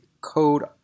code